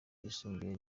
ryisumbuye